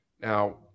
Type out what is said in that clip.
Now